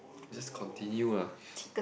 just continue lah